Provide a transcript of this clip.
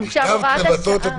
התש"ף 2020,